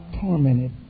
tormented